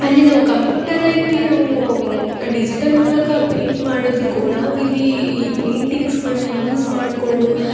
ಅಲ್ಲಿ ನಾವು ಕಂಪ್ಯೂಟರಲ್ಲಿ ನಾವು ಡಿಜಿಟಲ್ ಮೂಲಕ ಪೇಂಟ್ ಮಾಡೋದಕ್ಕು ನಾವು ಇಲ್ಲಿ ಈ ಪೇಂಟಿಂಗ್ಸ್ಗಳನ್ನ ಯೂಸ್ ಮಾಡಿಕೊಂಡು